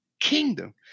kingdom